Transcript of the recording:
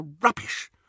rubbish